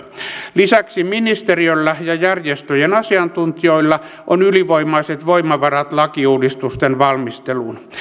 lisäksi ministeriöllä ja järjestöjen asiantuntijoilla on ylivoimaiset voimavarat lakiuudistusten valmisteluun